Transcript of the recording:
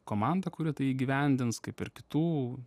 komanda kuri tai įgyvendins kaip ir kitų